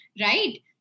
right